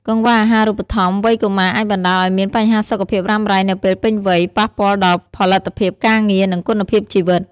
កង្វះអាហារូបត្ថម្ភក្នុងវ័យកុមារអាចបណ្តាលឱ្យមានបញ្ហាសុខភាពរ៉ាំរ៉ៃនៅពេលពេញវ័យ ប៉ះពាល់ដល់ផលិតភាពការងារ និងគុណភាពជីវិត។